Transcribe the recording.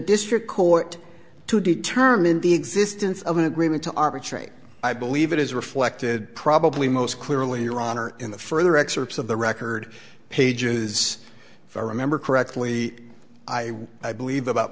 district court to determine the existence of an agreement to arbitrate i believe it is reflected probably most clearly your honor in the further excerpts of the record pages of i remember correctly i believe about